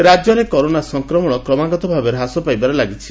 corona Odisha ରାଜ୍ୟରେ corona ସଂକ୍ରମଶ କ୍ରମାଗତ ଭାବେ ହ୍ରାସ ପାଇବାରେ ଲାଗିଛି